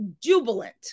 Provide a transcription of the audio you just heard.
jubilant